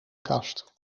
kast